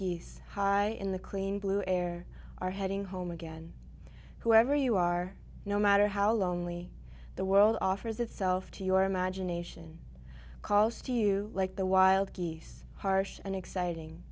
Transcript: geese high in the clean blue air are heading home again whoever you are no matter how lonely the world offers itself to your imagination calls to you like the wild geese harsh and exciting